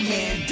Man